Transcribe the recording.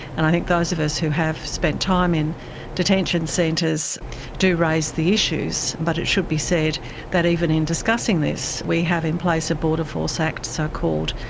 and i think those of us who have spent time in detention centres do raise the issues, but it should be said that even in discussing this we have in place a border force act, so-called,